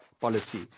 policy